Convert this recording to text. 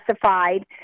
classified